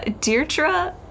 Deirdre